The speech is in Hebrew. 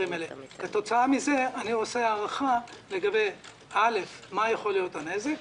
כתוצאה מזה אני עושה הערכה מה יכול להיות הנזק,